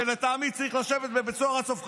שלטעמי צריך לשבת בבית סוהר עד סוף חייו.